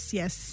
yes